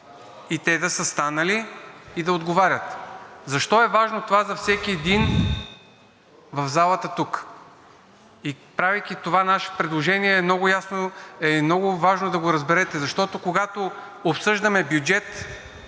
те да са станали и да отговарят. Защо е важно това за всеки един тук в залата? Правейки това наше предложение, е много важно да го разберете, когато обсъждаме бюджет